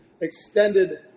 extended